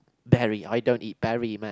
berry I don't eat berry man